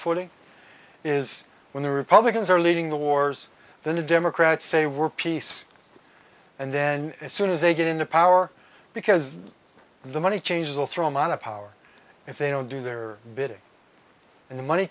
footing is when the republicans are leading the wars then the democrats say we're peace and then as soon as they get into power because the money changers will throw him out of power if they don't do their bidding and the money